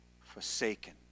forsaken